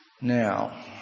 Now